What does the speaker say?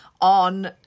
on